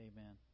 Amen